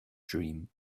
dream